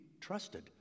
trusted